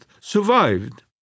survived